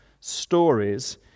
stories